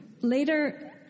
Later